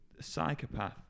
Psychopath